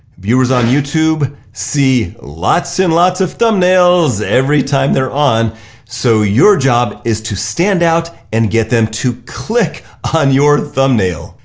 viewers on youtube see lots and lots of thumbnails every time they're on so your job is to stand out and get them to click on your thumbnail.